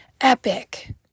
epic